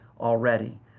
already